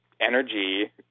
energy